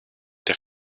der